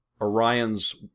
Orion's